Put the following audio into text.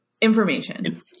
information